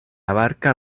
abarca